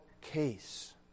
case